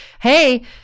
hey